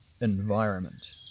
Environment